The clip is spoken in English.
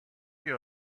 you